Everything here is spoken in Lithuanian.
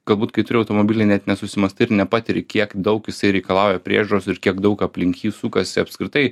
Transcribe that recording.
galbūt kai turi automobilį net nesusimąstai ir nepatiri kiek daug jisai reikalauja priežiūros ir kiek daug aplink jį sukasi apskritai